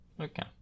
Okay